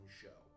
show